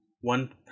one